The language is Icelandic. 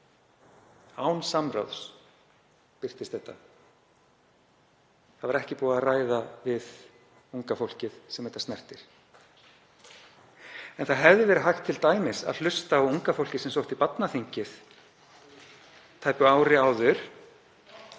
Án samráðs birtist þetta. Ekki var búið að ræða við unga fólkið sem þetta snertir. Það hefði t.d. verið hægt að hlusta á unga fólkið sem sótti barnaþingið tæpu ári áður.